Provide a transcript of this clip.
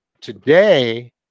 today